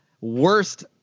worst